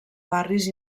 barris